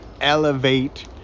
Elevate